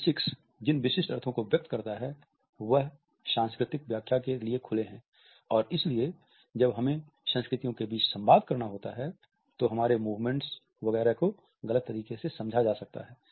kinesics जिन विशिष्ट अर्थों को व्यक्त करता है वह सांस्कृतिक व्याख्या के लिए खुले हैं और इसलिए जब हमें संस्कृतियों के बीच संवाद करना होता है तो हमारे मूवमेंट्स वगैरह को गलत तरीके से समझा जा सकता है